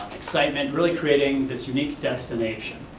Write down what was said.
excitement, really creating this unique destination.